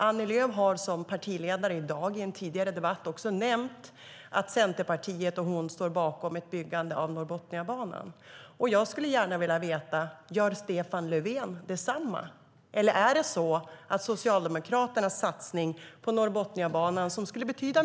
Annie Lööf har i en tidigare debatt i dag sagt att Centerpartiet och hon står bakom byggandet av Norrbotniabanan, som skulle betyda mycket för konkurrenskraften för till exempel skogsnäringen i norra Sverige. Gör Stefan Löfven detsamma?